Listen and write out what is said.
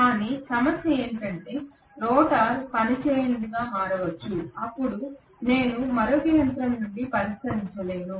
కానీ సమస్య ఉంటే రోటర్ పనిచేయనిదిగా మారవచ్చు అప్పుడు నేను మరొక యంత్రం నుండి పరిష్కరించలేను